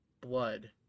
blood